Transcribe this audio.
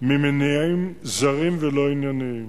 ממניעים זרים ולא ענייניים.